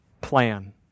plan